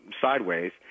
sideways